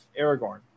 Aragorn